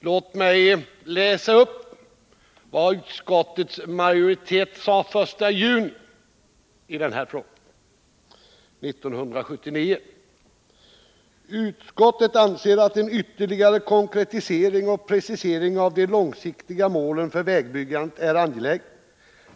Låt mig läsa upp vad utskottets majoritet sade i det betänkande som behandlades den 1 juni 1979 i den här frågan: ”Utskottet anser att en ytterligare konkretisering och precisering av de långsiktiga målen för vägbyggandet är angelägen.